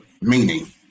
meaning